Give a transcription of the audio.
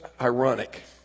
ironic